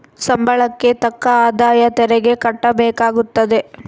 ಸಂಬಳಕ್ಕೆ ತಕ್ಕ ಆದಾಯ ತೆರಿಗೆ ಕಟ್ಟಬೇಕಾಗುತ್ತದೆ